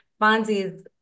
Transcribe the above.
Bonzi's